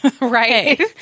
right